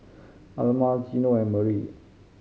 Alma Gino and Marie